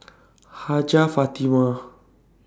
Hajjah Fatimah